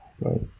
Right